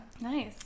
nice